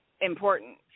important